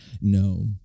No